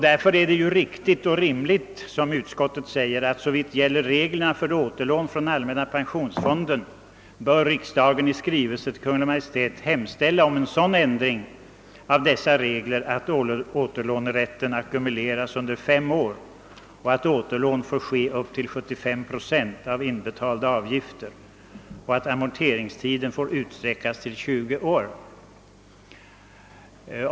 Därför är det riktigt och rimligt som utskottet säger, att såvitt gäller reglerna för återlån från allmänna pensionsfonden bör riksdagen i skrivelse till Kungl. Maj:t hemställa om sådan ändring av dessa regler att återlånerätten ackumuleras under fem år och att återlån får ske upp till 75 procent av inbetalda avgifter och att amorteringstiden får utsträckas till 20 år.